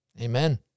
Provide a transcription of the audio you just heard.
Amen